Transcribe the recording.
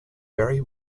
very